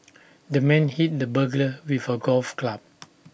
the man hit the burglar with A golf club